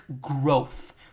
growth